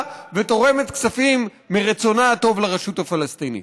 ותורמת כספים מרצונה הטוב לרשות הפלסטינית.